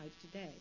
today